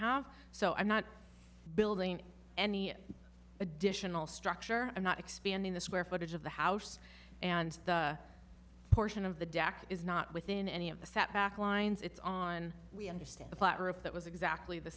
have so i'm not building any additional structure i'm not expanding the square footage of the house and the portion of the deck is not within any of the setback lines it's on we understand a flat roof that was exactly the